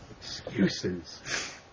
Excuses